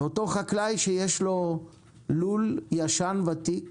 ואותו חקלאי שיש לו לול ישן, ותיק,